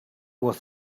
was